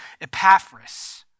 Epaphras